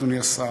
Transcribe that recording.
אדוני השר,